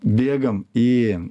bėgam į